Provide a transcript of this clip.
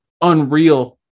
unreal